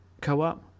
co-op